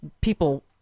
people